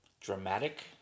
dramatic